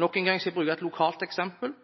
Nok en gang skal jeg bruke et lokalt eksempel,